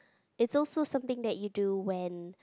it's also something that you do when